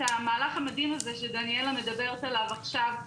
המהלך המדהים הזה שדניאלה מדברת עליו עכשיו.